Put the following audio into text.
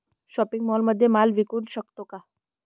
Shopping मॉलमध्ये माल विकू शकतो का?